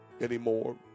anymore